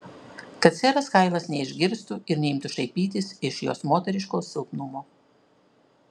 kad seras hailas neišgirstų ir neimtų šaipytis iš jos moteriško silpnumo